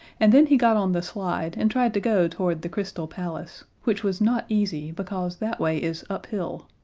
and then he got on the slide and tried to go toward the crystal palace which was not easy, because that way is uphill.